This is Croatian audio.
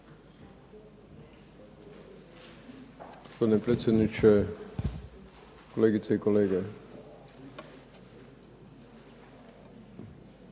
Hvala vam